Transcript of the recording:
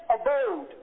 abode